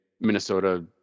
Minnesota